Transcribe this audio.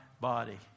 body